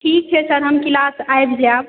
ठीक छै सर हम क्लास आबि जायब